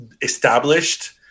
established